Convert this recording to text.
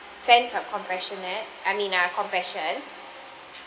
sense of compassionate I mean ah compassion